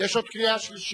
יש עוד קריאה שלישית.